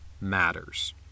matters